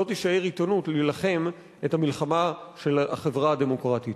לא תישאר עיתונות להילחם את המלחמה של החברה הדמוקרטית.